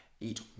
Eat